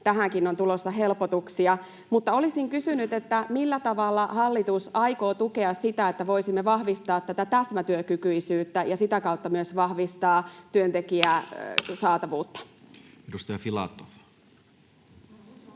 tähänkin on tulossa helpotuksia. Mutta olisin kysynyt: millä tavalla hallitus aikoo tukea sitä, että voisimme vahvistaa tätä täsmätyökykyisyyttä ja myös sitä kautta vahvistaa työntekijöiden saatavuutta? Edustaja Filatov.